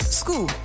school